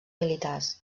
militars